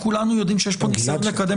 אצלנו עומדת השאלה רק האם זה פלילי או לא פלילי.